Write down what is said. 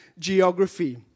geography